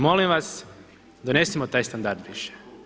Molim vas donesimo taj standard više.